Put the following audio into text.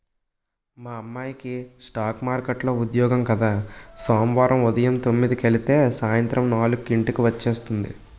మా అమ్మాయికి స్ఠాక్ మార్కెట్లో ఉద్యోగం కద సోమవారం ఉదయం తొమ్మిదికెలితే సాయంత్రం నాలుక్కి ఇంటికి వచ్చేస్తుంది